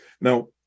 Now